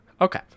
Okay